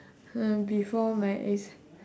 before my A's